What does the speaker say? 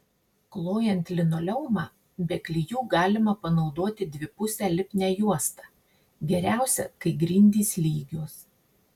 klojant linoleumą be klijų galima panaudoti dvipusę lipnią juostą geriausia kai grindys lygios